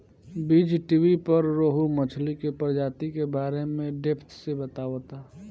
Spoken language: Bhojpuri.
बीज़टीवी पर रोहु मछली के प्रजाति के बारे में डेप्थ से बतावता